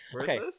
okay